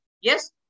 Yes